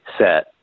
set